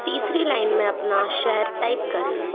तीसरी लाइन में अपना शहर टाइप करें